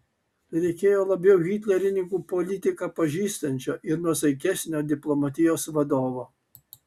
reikėjo labiau hitlerininkų politiką pažįstančio ir nuosaikesnio diplomatijos vadovo